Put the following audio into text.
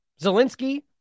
Zelensky